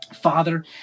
Father